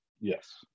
yes